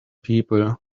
people